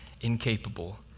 incapable